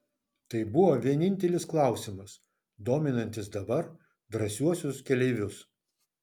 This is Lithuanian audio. tai buvo vienintelis klausimas dominantis dabar drąsiuosius keleivius